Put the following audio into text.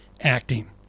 acting